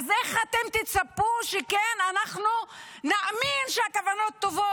איך אתם תצפו שאנחנו נאמין שהכוונות טובות?